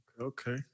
Okay